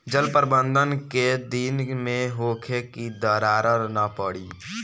जल प्रबंधन केय दिन में होखे कि दरार न पड़ी?